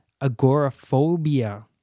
agoraphobia